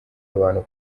abantu